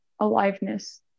aliveness